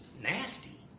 nasty